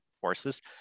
forces